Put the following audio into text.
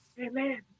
Amen